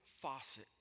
faucet